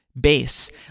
base